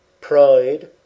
pride